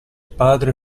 padre